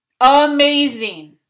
Amazing